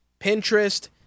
Pinterest